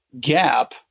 gap